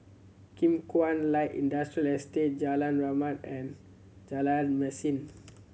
Kim Kuan Light Industrial Estate Jalan Rahmat and Jalan Mesin